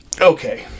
okay